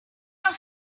have